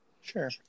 Sure